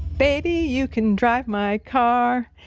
baby, you can drive my car.